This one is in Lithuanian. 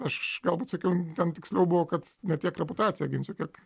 aš galbūt sakiau ten tiksliau buvo kad ne tiek reputaciją ginsiu kiek